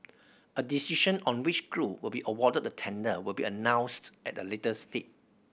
a decision on which group will be awarded the tender will be announced at a later date